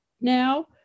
now